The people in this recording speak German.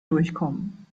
durchkommen